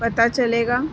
پتا چلے گا